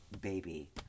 baby